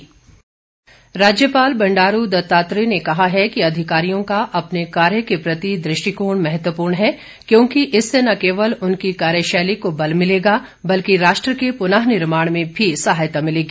राज्यपाल राज्यपाल बंडारू दत्तात्रेय ने कहा है कि अधिकारियों का अपने कार्य के प्रति दृष्टिकोण महत्वपूर्ण है क्योंकि इससे न केवल उनकी कार्यशैली को बल मिलेगा बल्कि राष्ट्र के पुननिर्माण में भी सहायता मिलेगी